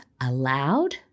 allowed